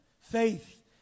Faith